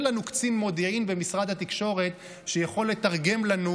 אין לנו קצין מודיעין במשרד התקשורת שיכול לתרגם לנו